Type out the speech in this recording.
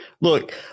look